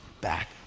back